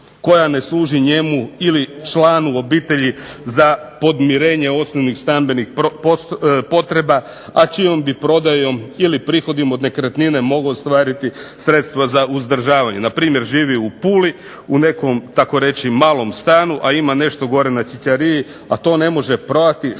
koja ne služi njemu ili članu obitelji za podmirenje osnovnih stambenih potreba, a čijom bi prodajom ili prihodima od nekretnine mogao ostvariti sredstva za uzdržavanje. Npr. živi u Puli, u nekom tako reći malom stanu, a ima nešto gore na Ćićariji, a to ne može prodati, šta da